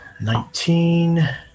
Nineteen